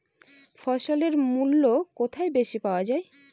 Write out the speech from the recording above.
ফসলের মূল্য কোথায় বেশি পাওয়া যায়?